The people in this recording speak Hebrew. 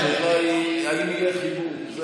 השאלה היא אם יהיה חיבור.